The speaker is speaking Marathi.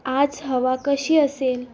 आज हवा कशी असेल